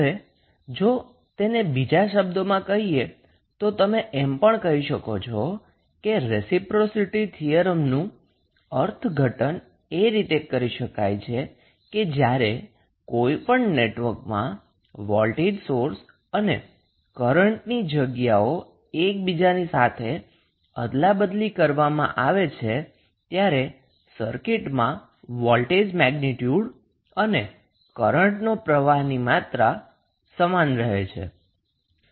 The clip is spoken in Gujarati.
હવે જો તેને બીજા શબ્દોમાં કહીએ તો તમે એમ પણ કહી શકો કે રેસિપ્રોસિટી થીયરમનું અર્થઘટન એ રીતે કરી શકાય છે કે જ્યારે કોઈપણ નેટવર્કમાં વોલ્ટેજ સોર્સ અને કરન્ટની જગ્યાઓને એકબીજાની સાથે અદલાબદલી કરવામાં આવે ત્યારે સર્કિટમાં વોલ્ટેજ મેગ્નીટ્યુડ અને કરન્ટના પ્રવાહની માત્રા સમાન રહે